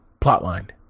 plotline